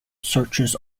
searches